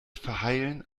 verheilen